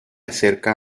acerca